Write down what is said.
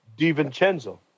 DiVincenzo